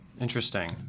Interesting